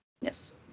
Yes